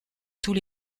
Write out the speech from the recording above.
tous